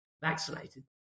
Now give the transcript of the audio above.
vaccinated